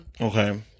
Okay